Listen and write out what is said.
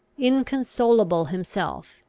inconsolable himself,